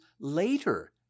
later